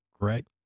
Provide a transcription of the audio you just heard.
correct